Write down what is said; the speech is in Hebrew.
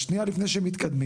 שנייה לפני שמתקדמים.